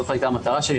זאת הייתה המטרה שלי,